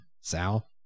Sal